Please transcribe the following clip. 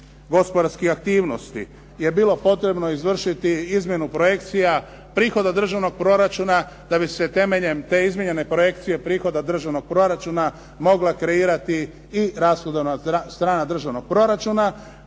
gospodarskih aktivnosti je bilo potrebno izvršiti izmjenu projekcija, prihod od državnog proračuna da bi se temeljem te izmijenjene korekcije prihoda državnog proračuna mogla kreirati i rashodovana strana državnog proračuna,